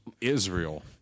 Israel